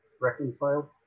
reconciled